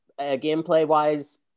gameplay-wise